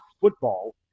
football